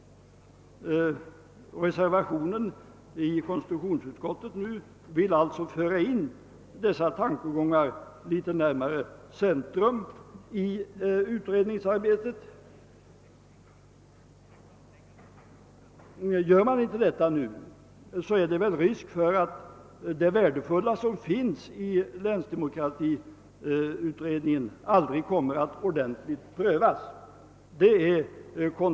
Reservationen 1 vid konstitutionsutskottets utlåtande nr 34 syftar till att föra dessa tankegångar något närmare centrum i utredningsarbetet. Gör man inte detta nu, är det väl risk för att det värdefulla i länsdemokratiutredningens betänkande aldrig ordent ligt kommer att prövas.